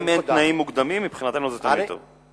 אם אין תנאים מוקדמים, מבחינתנו זה תמיד טוב.